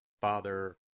Father